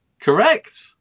Correct